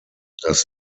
das